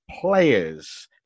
players